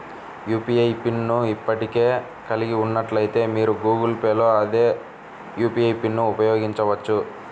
UPI pin ను ఇప్పటికే కలిగి ఉన్నట్లయితే, మీరు గూగుల్ పే లో అదే యూ.పీ.ఐ పిన్ను ఉపయోగించవచ్చు